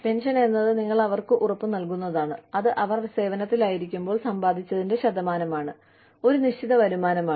pension എന്നത് നിങ്ങൾ അവർക്ക് ഉറപ്പുനൽകുന്നതാണ് അത് അവർ സേവനത്തിലായിരിക്കുമ്പോൾ സമ്പാദിച്ചതിന്റെ ശതമാനമാണ് ഒരു നിശ്ചിത വരുമാനമാണ്